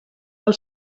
del